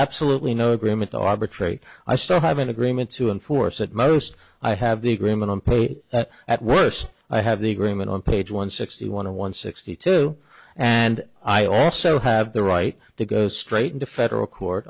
absolutely no agreement arbitrary i still have an agreement to enforce it most i have the agreement on play at worst i have the agreement on page one sixty one and one sixty two and i also have the right to go straight into federal court